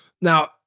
now